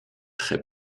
très